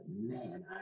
man